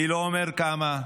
אני לא אומר כמה.